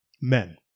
men